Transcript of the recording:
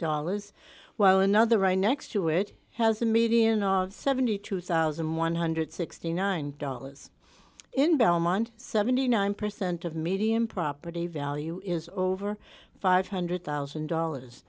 dollars while another right next to it has a median of seventy two thousand one hundred and sixty nine dollars in belmont seventy nine percent of median property value is over five hundred thousand dollars